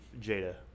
Jada